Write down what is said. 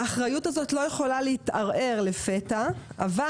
האחריות הזאת לא יכולה להתערער לפתע אבל